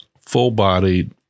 Full-bodied